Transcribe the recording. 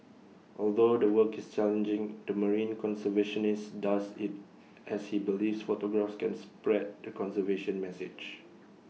although the work is challenging the marine conservationist does IT as he believes photographs can spread the conservation message